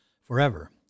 forever